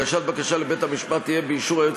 הגשת בקשה לבית-המשפט תהיה באישור היועץ